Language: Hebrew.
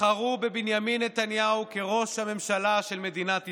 בחרו בבנימין נתניהו כראש הממשלה של מדינת ישראל.